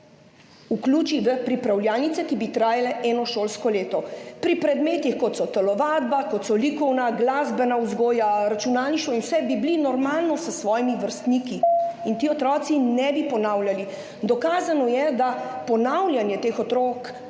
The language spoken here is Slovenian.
vključi v pripravljalnice, ki bi trajale eno šolsko leto. Pri predmetih, kot so telovadba, kot so likovna, glasbena vzgoja, računalništvo in vse, bi bili normalno s svojimi vrstniki in ti otroci ne bi ponavljali. Dokazano je, da ponavljanje teh otrok